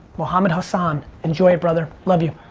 muhammad hosan, enjoy it brother, love you.